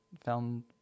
found